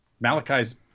Malachi's